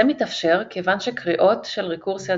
זה מתאפשר כיוון שקריאות של רקורסיית